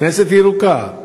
כנסת ירוקה,